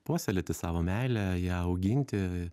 puoselėti savo meilę ją auginti